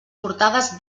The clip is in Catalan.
portades